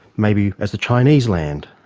maybe as the chinese land.